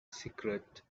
secret